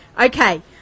Okay